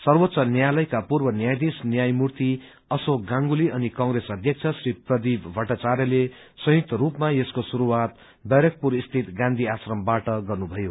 सर्वोच्च न्यायालयका पूर्व न्यायाधीश न्यायमूर्ति अशोक गांगुली अनि कंप्रेस अध्यक्ष श्री प्रदिव भट्टाचार्यले संयुक्त स्रूपमा यसको शुस्रआत व्यारेकपुर स्थित गाँथी आश्रमवाट गर्नुभयो